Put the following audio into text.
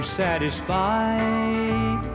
satisfied